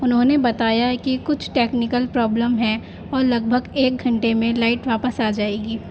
انہوں نے بتایا کہ کچھ ٹیکنیکل پرابلم ہے اور لگ بھگ ایک گھنٹے میں لائٹ واپس آ جائے گی